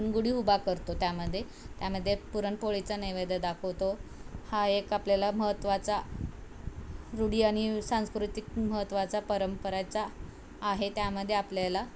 गुडी उभा करतो त्यामध्ये त्यामध्ये पुरणपोळीचा नैवेद दाखवतो हा एक आपल्याला महत्वाचा रूढी आणि सांस्कृतिक महत्त्वाचा परंपराचा आहे त्यामध्ये आपल्याला